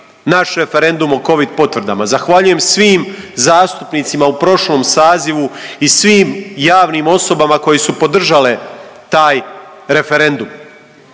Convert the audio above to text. naš referendum o covid potvrdama, zahvaljujem svim zastupnicima u prošlom sazivu i svim javnim osobama koje su podržale taj referendum